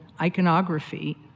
iconography